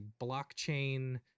blockchain